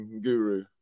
guru